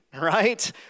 right